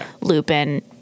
Lupin